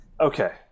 okay